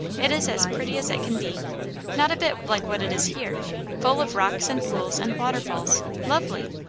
it is as pretty as it can be not a bit like what it is here full of rocks and pools and waterfalls lovely!